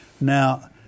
Now